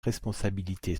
responsabilité